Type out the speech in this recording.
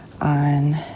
on